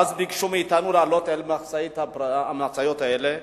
ואז ביקשו מאתנו לעלות על המשאיות האלה.